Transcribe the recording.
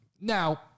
Now